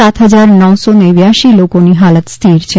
સાત હજાર નવસો નેવ્યાસી લોકોની હાલત સ્થિર છે